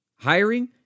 Hiring